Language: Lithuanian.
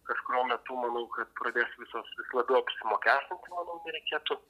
kažkuriuo metu manau kad pradės visos vis labiau apsimokestinti manau nereikėtų